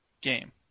game